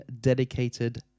dedicated